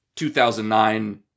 2009